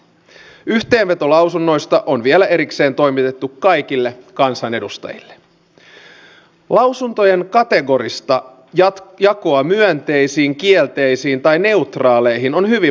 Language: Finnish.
valtiovarainvaliokunta omassa mietinnössään on todennut että hätäkeskuslaitoksen rahoitus on varsin niukkaa ja hallituksen tulisi seurata miten nämä resurssit riittävät tulevina vuosina